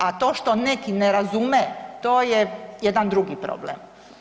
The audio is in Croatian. A to što neki ne razume to je jedan drugi problem.